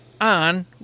on